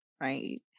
right